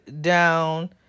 down